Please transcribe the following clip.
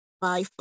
Bye